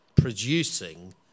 producing